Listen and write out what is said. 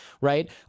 Right